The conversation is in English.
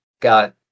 Got